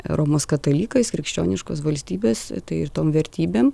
romos katalikais krikščioniškos valstybės tai ir tom vertybėm